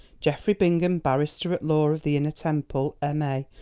geoffrey bingham, barrister-at-law of the inner temple, m a,